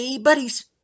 buddies